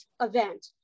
event